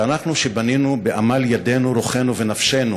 שאנחנו, שבנינו בעמל ידינו, רוחנו ונפשנו